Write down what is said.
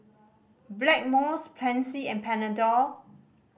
Blackmores Pansy and Panadol